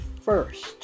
first